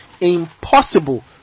impossible